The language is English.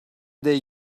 they